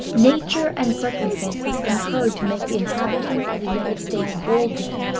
nature and circumstances concurred to make the inhabitants of the united states bold men,